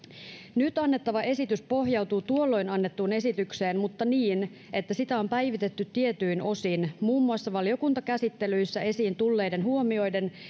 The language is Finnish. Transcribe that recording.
nyt annettava esitys pohjautuu tuolloin annettuun esitykseen mutta niin että sitä on päivitetty tietyin osin muun muassa valiokuntakäsittelyissä esiin tulleiden huomioiden